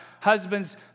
husbands